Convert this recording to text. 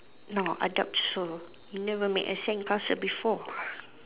no I doubt so you never make a sandcastle before